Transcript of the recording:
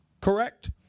Correct